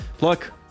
Look